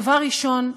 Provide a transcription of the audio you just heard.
דבר ראשון,